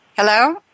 Hello